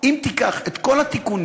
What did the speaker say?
אם תיקח את כל התיקונים,